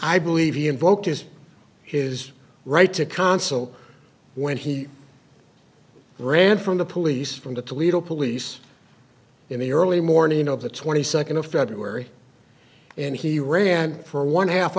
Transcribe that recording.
i believe he invoked is his right to counsel when he ran from the police from the toledo police in the early morning of the twenty second of february and he ran for one half